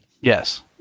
Yes